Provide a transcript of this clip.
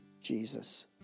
Jesus